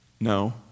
No